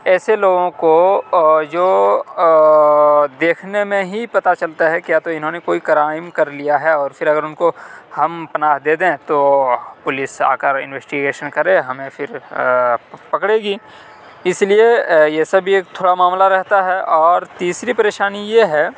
ایسے لوگوں کو جو دیکھنے میں ہی پتا چلتا ہے کہ یا تو انہوں نے کوئی کرائم کر لیا ہے اور پھر اگر ان کو ہم پناہ دے دیں تو پولیس آ کر انوسٹیگیشن کرے ہمیں پھر پکڑے گی اس لیے یہ سب بھی ایک تھوڑا معاملہ رہتا ہے اور تیسری پریشانی یہ ہے